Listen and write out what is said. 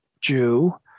Jew